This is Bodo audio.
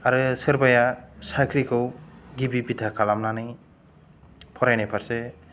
आरो सोरबाया साख्रिखौ गिबि बिथा खालामनानै फरायनाय फारसे